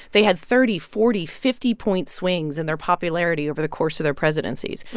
they had thirty, forty, fifty point swings in their popularity over the course of their presidencies.